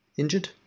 injured